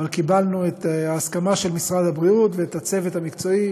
אבל קיבלנו את ההסכמה של משרד הבריאות והצוות המקצועי